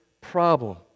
problem